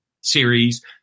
series